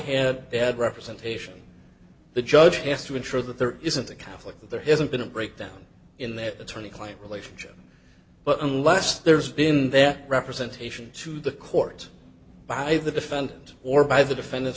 had had representation the judge has to ensure that there isn't a conflict that there hasn't been a breakdown in that attorney client relationship but unless there's been that representation to the court by the defendant or by the defendant's